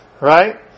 right